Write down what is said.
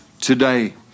today